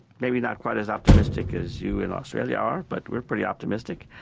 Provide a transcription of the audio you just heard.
maybe not quite as optimistic as you in australia are, but we're pretty optimistic